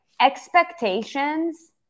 expectations